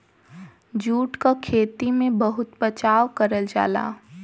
jute क खेती में बहुत बचाव करल जाला